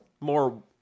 more